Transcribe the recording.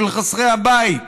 של חסרי הבית,